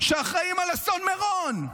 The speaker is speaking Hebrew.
שאחראים על אסון מירון,